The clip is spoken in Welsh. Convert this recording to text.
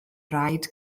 rhaid